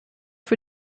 für